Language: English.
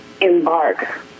embark